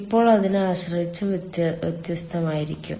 ഇപ്പോൾ അതിനെ ആശ്രയിച്ച് വ്യത്യസ്തമായിരിക്കും